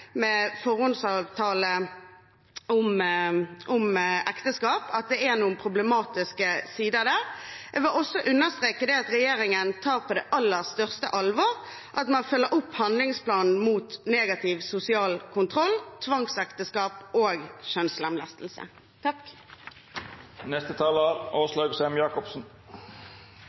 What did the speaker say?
om forhåndsavtale om ekteskap, at det er noen problematiske sider ved det. Jeg vil også understreke at regjeringen tar på det aller største alvor at man følger opp handlingsplanen mot negativ sosial kontroll, tvangsekteskap og kjønnslemlestelse.